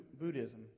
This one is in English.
Buddhism